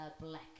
black